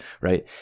right